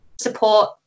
support